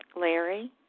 Larry